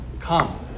come